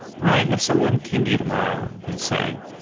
ryan, if someone came to you tomorrow and said,